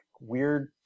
weird